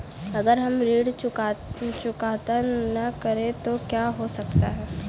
अगर हम ऋण चुकता न करें तो क्या हो सकता है?